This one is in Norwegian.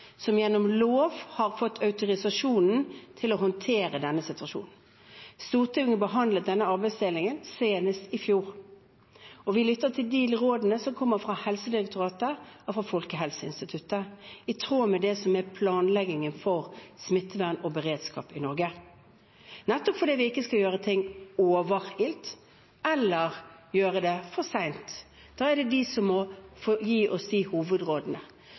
som gjennom lov har fått autorisasjon til å håndtere denne situasjonen. Stortinget behandlet denne arbeidsdelingen senest i fjor. Vi lytter til de rådene som kommer fra Helsedirektoratet og Folkehelseinstituttet, i tråd med det som er planleggingen for smittevern og beredskap i Norge, nettopp fordi vi ikke skal gjøre overilte ting eller gjøre ting for sent. Da er det de som må gi oss hovedrådene. De